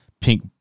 pink